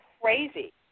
crazy